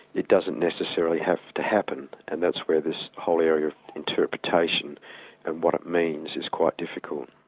it doesn't necessarily have to happen, and that's where this whole area of interpretation and what it means, is quite difficult.